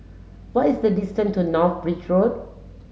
what is the distance to North Bridge Road